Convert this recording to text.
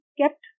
kept